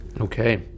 Okay